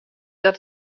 dat